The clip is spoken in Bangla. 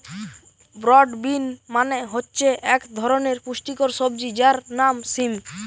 ব্রড বিন মানে হচ্ছে এক ধরনের পুষ্টিকর সবজি যার নাম সিম